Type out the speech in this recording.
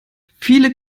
viele